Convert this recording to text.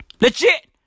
Legit